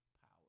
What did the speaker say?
power